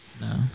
no